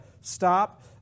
stop